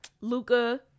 Luca